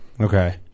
Okay